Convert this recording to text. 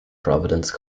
providence